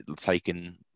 taken